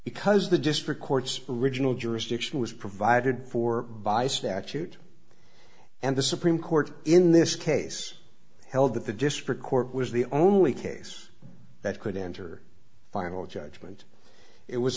because the district court's original jurisdiction was provided for by statute and the supreme court in this case held that the district court was the only case that could enter final judgment it was